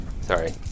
Sorry